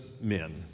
men